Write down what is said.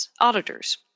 auditors